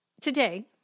today